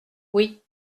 oui